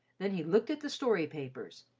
then he looked at the story papers,